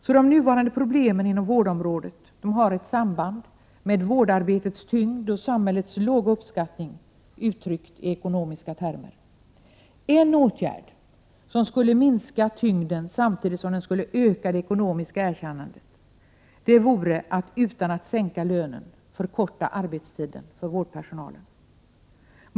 Så de nuvarande problemen inom vårdområdet har ett samband med vårdarbetets tyngd och samhällets låga uppskattning, uttryckt i ekonomiska termer. En åtgärd som skulle minska tyngden samtidigt som den skulle öka det ekonomiska erkännandet vore att utan att sänka lönen förkorta arbetstiden för vårdpersonalen.